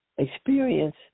Experience